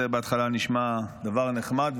זה בהתחלה נשמע דבר נחמד,